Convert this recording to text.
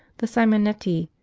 the simonetti,